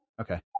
Okay